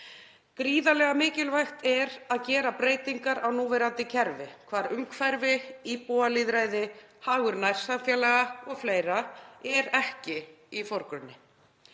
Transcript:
Gríðarlega mikilvægt er að gera breytingar á núverandi kerfi hvar umhverfi, íbúalýðræði, hagur nærsamfélaga o.fl. er ekki í forgrunni.